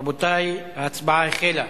רבותי, ההצבעה החלה.